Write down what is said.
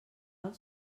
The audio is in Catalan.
als